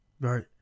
Right